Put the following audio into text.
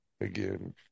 again